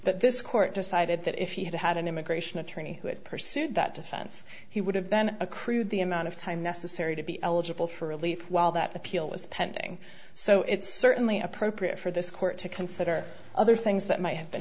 but this court decided that if he had had an immigration attorney who had pursued that defense he would have then accrued the amount of time necessary to be eligible for relief while that appeal is pending so it's certainly appropriate for this court to consider other things that might have been